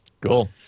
Cool